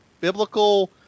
biblical